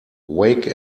wake